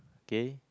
K